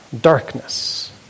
Darkness